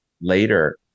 later